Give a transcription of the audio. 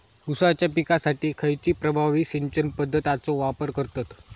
ऊसाच्या पिकासाठी खैयची प्रभावी सिंचन पद्धताचो वापर करतत?